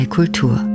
Kultur